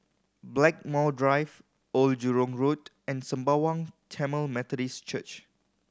Blackmore Drive Old Jurong Road and Sembawang Tamil Methodist Church